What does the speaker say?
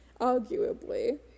arguably